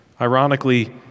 ironically